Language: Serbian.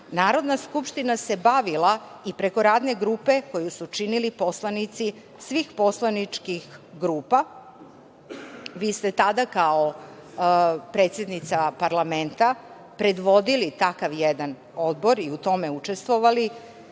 Narodna skupština se bavila i preko Radne grupe koju su činili poslanici svih poslaničkih grupa. Vi ste tada kao predsednica parlamenta predvodili takav jedan odbor i u tome učestvovali. Zatim,